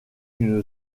une